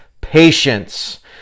patience